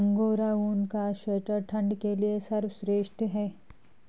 angora ऊन का sweater ठंड के लिए सर्वश्रेष्ठ है